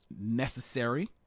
necessary